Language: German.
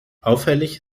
auffällig